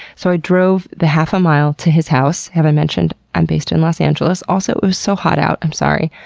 so, i drove the half a mile to his house, have i mentioned i'm based in los angeles? also, it was so hot out. i'm sorry.